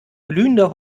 glühender